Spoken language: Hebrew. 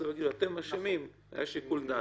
בסוף יגידו: אתם אשמים, היה שיקול דעת.